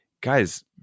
guys